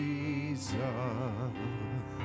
Jesus